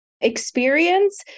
experience